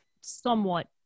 somewhat